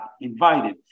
invited